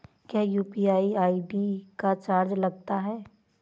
क्या UPI ID का charge लगता है?